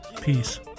Peace